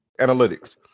analytics